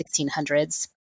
1600s